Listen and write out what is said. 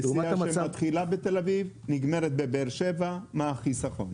נסיעה שמתחילה בתל אביב ונגמרת בבאר שבע מה החיסכון?